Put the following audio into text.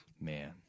Man